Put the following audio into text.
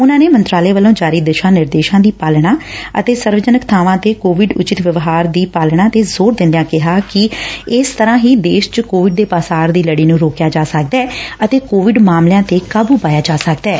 ਉਨੂਾ ਨੇ ਮੰਤਰਾਲੇ ਵੱਲੋਂ ਜਾਰੀ ਦਿਸ਼ਾ ਨਿਰਦੇਸ਼ਾਂ ਦੀ ਪਾਲਣਾ ਅਤੇ ਸਰਵਜਨਕ ਬਾਵਾਂ ਤੇ ਕੋਵਿਡ ਉਚਿਤ ਵਿਵਹਾਰ ਦੀ ਅਨੁਪਾਲਣਾ ਤੇ ਜ਼ੋਰ ਦਿਦਿਆ ਕਿਹਾ ਕਿ ਇਸ ਤਰੂਾ ਹੀ ਦੇਸ਼ ਚ ਕੋਵਿਡ ਦੇ ਪਾਸਾਰ ਦੀ ਲਤੀ ਨੂੰ ਰੋਕਿਆ ਜਾ ਸਕਦੈ ਅਤੇ ਕੋਵਿਡ ਮਾਮਲਿਆਂ ਤੇ ਕਾਬੁ ਪਾਇਆ ਜਾ ਸਕਦੈ